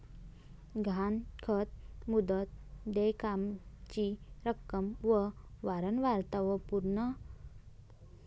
गहाणखत, मुदत, देयकाची रक्कम व वारंवारता व पूर्व देयक असे अनेक प्रकार आहेत